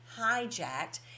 hijacked